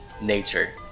nature